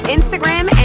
Instagram